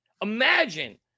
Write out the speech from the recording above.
Imagine